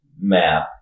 map